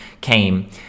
came